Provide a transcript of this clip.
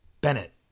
Bennett